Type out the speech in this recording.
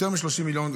יותר מ-30 מיליון,